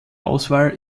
auswahl